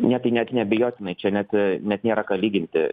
ne tai net neabejotinai čia net net nėra ką lyginti